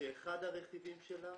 כשאחד הרכיבים שלה